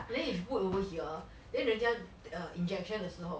vein is put over here then they just err injection 的时候